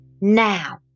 Now